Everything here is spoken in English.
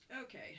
Okay